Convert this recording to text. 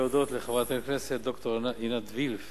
להודות לחברת הכנסת ד"ר עינת וילף